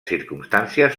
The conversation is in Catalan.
circumstàncies